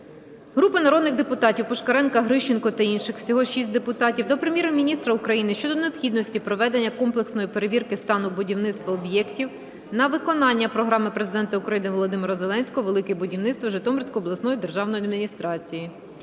Групи народних депутатів (Пушкаренка, Грищенко та інших. Всього 6 депутатів) до Прем'єр-міністра України щодо необхідності проведення комплексної перевірки стану будівництва об'єктів на виконання програми Президента України Володимира Зеленського "Велике будівництво" Житомирською обласною державною адміністрацією.